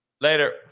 Later